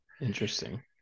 interesting